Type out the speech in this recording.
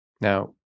Now